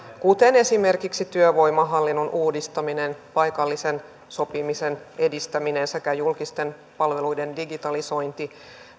kuten esimerkiksi työvoimahallinnon uudistaminen paikallisen sopimisen edistäminen sekä julkisten palveluiden digitalisointi